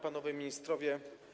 Panowie Ministrowie!